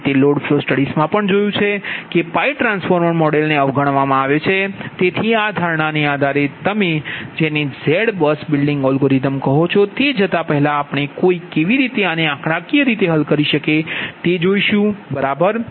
આપણે તે load flow સ્ટડીઝમાં પણ જોયું છે કે pi ટ્રાન્સફોર્મર મોડેલને અવગણવામાં આવે છે તેથી આ ધારણાને આધારે તમે જેને Z બસ બિલ્ડિંગ અલ્ગોરિધમ કહો છો તે જતાં પહેલાં આપણે કોઈ કેવી રીતે આને આંકડાકીય રીતે હલ કરી શકે તે જોશુ બરાબર